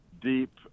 deep